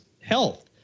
health